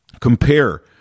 compare